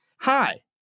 Hi